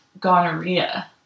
gonorrhea